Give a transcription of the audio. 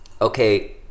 Okay